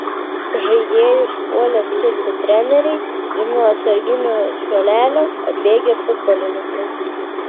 žaidėjus puolė skirti treneriai ir nuo atsarginių suolelio atbėgę futbolininkai